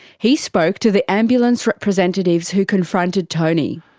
he spoke to the ambulance representatives who confronted tony.